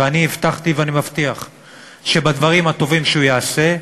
ואני הבטחתי ואני מבטיח שבדברים הטובים שהוא יעשה אנחנו,